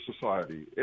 society